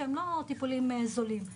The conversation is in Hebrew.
שהם לא טיפולים זולים.